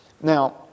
Now